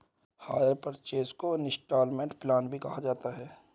higher purchase को instalment plan भी कहा जाता है